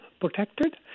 protected